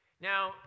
Now